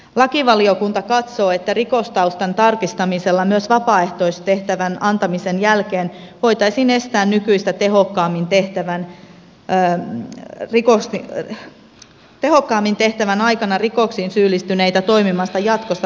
lakivaliokunta katsoo että rikostaustan tarkistamisella myös vapaaehtoistehtävän antamisen jälkeen voitaisiin estää nykyistä tehokkaammin tehtävän aikana rikoksiin syyllistyneitä toimimasta jatkossa lasten kanssa